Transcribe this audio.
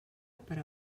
per